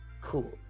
cool